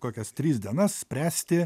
kokias tris dienas spręsti